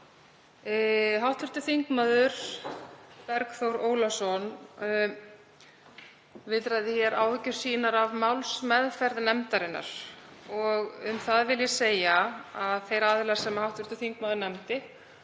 Hv. þm. Bergþór Ólason viðraði hér áhyggjur sínar af málsmeðferð nefndarinnar. Um það vil ég segja að þeir aðilar sem hv. þingmaður nefndi,